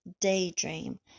Daydream